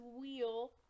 wheel